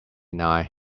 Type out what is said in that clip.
nine